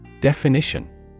Definition